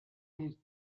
del